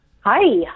Hi